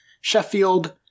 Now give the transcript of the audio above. Sheffield